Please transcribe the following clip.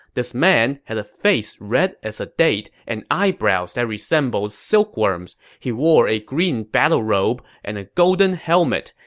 this man had a face red as a date and eyebrows that resembled silkworms. he wore a green battle robe and a golden helmet,